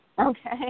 Okay